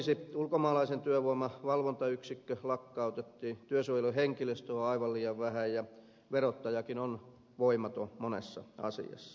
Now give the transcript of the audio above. poliisin ulkomaalaisen työvoiman valvontayksikkö lakkautettiin työsuojeluhenkilöstöä on aivan liian vähän ja verottajakin on voimaton monessa asiassa